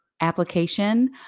application